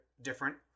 different